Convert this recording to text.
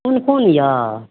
कोन कोन यऽ